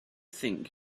think